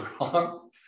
wrong